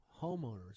homeowners